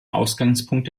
ausgangspunkt